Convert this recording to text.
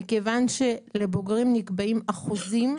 מכיוון שלבוגרים נקבעים אחוזים,